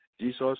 Jesus